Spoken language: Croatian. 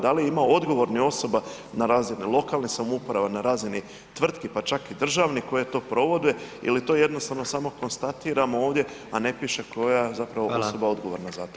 Da li ima odgovornih osoba na razni lokalnih samouprava, na razini tvrtki, pa čak i državnih koje to provode ili to jednostavno samo konstatiramo ovdje a ne piše koja je zapravo osoba odgovorna za to.